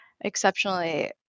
exceptionally